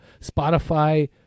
Spotify